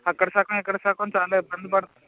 అక్కడ సగం ఇక్కడ సగం చాలా ఇబ్బంది పడతావు